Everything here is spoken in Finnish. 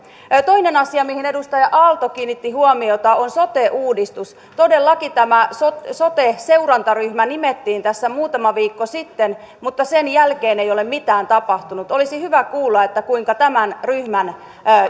toinen asia mihin edustaja aalto kiinnitti huomiota on sote uudistus todellakin tämä sote sote seurantaryhmä nimettiin tässä muutama viikko sitten mutta sen jälkeen ei ole mitään tapahtunut olisi hyvä kuulla kuinka tämän ryhmän